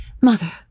mother